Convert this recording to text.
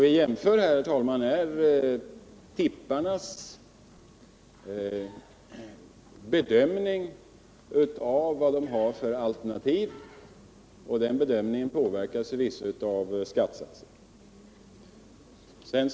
Vi måste här, herr talman, ta hänsyn till tipparnas bedömning av vad de har för alternativ, och den bedömningen påverkas förvisso av skattesatsen.